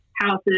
houses